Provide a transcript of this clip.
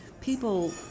people